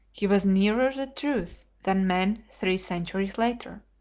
he was nearer the truth than men three centuries later.